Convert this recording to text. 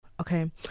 Okay